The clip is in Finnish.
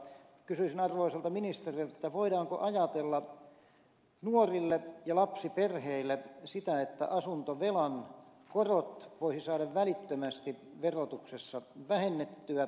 kysyisin arvoisalta ministeriltä voidaanko ajatella nuorille ja lapsiperheille sitä että asuntovelan korot voisi saada välittömästi verotuksessa vähennettyä